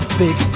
big